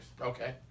Okay